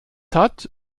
hat